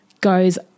goes